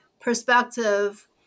perspective